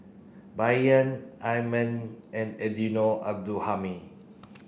Bai Yan Al and Eddino Abdul Hadi